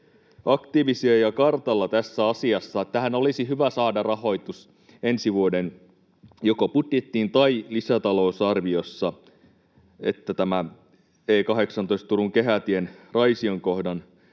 aktiivisia ja kartalla tässä asiassa. Tähän olisi hyvä saada rahoitus joko ensi vuoden budjettiin tai lisätalousarvioon, niin että tämä E18:n Turun kehätien Raision kohdan